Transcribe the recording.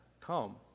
come